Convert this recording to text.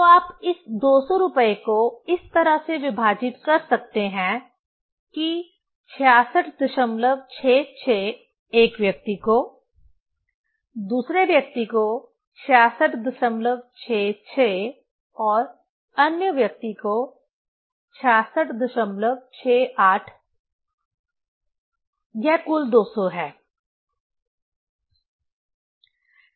तो आप इस 200 रुपये को इस तरह से विभाजित कर सकते हैं कि 6666 एक व्यक्ति को दूसरे व्यक्ति को 6666 और अन्य व्यक्ति को 6668 की यह कुल 200 है